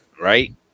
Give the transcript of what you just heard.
Right